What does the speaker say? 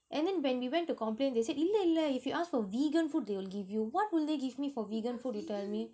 and then when we went to complain they said இல்ல இல்ல:illa illa if you ask for vegan food they will give you what will they give me for vegan food you tell me